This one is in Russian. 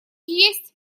есть